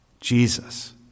Jesus